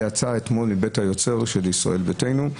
זה יצא אתמול מבית היוצר של ישראל ביתנו.